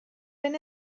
been